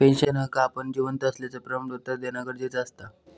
पेंशनरका आपण जिवंत असल्याचा प्रमाणपत्र देना गरजेचा असता